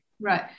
Right